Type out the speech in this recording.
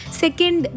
second